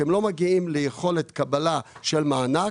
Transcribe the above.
שהם לא מגיעים ליכולת קבלה של מענק.